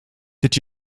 did